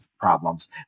problems